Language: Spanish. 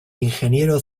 ingeniero